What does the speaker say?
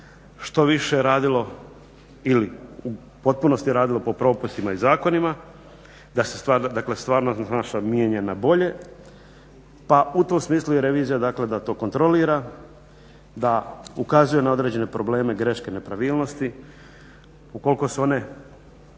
što više radilo ili u potpunosti radilo po propisima i zakonima, da se dakle stvarnost naša mijenja na bolje pa u tom smislu i revizija dakle da to kontrolira, da ukazuje na određene probleme, greške, nepravilnosti. Ukoliko su one